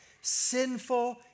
sinful